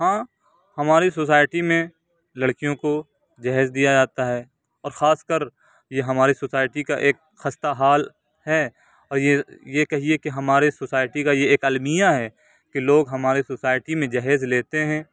ہاں ہماری سوسائٹی میں لڑکیوں کو جہیز دیا جاتا ہے اور خاص کر یہ ہماری سوسائٹی کا ایک خستہ حال ہے اور یہ یہ کہیے کہ ہمارے سوسائٹی کا یہ ایک المیہ ہے کہ لوگ ہمارے سوسائٹی میں جہیز لیتے ہیں